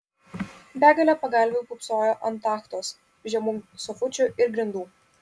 begalė pagalvių pūpsojo ant tachtos žemų sofučių ir grindų